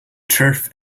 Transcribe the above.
turf